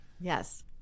Yes